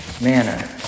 manner